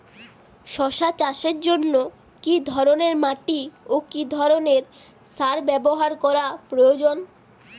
শশা চাষের জন্য কি ধরণের মাটি ও কি ধরণের সার ব্যাবহার করা প্রয়োজন?